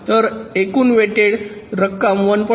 तर एकूण वेटेड रक्कम 1